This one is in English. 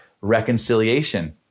reconciliation